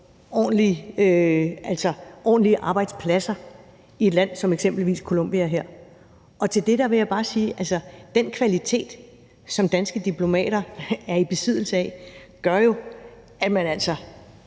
ordentlige arbejdspladser i et land som f.eks. Colombia her, vil jeg bare sige, at den kvalitet, som danske diplomater er i besiddelse af, gør jo, at de, sådan